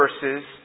verses